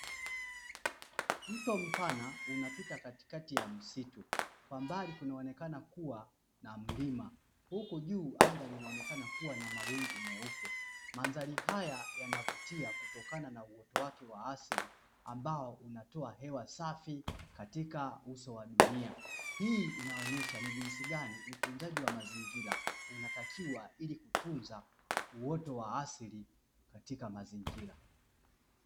Mto mpana unapita katikati ya msitu. Kwa mbali kunaonekana kuwa na mlima huku juu anga linaonekana kuwa na mawingu meupe. Mandhari haya yanavutia kutokana na uoto wake wa asili ambao unatoa hewa safi katika uso wa dunia. Hii inaonesha ni jinsi gani utunzaji wa mazingira unatakiwa ili kutunza uoto wa asili katika mazingira.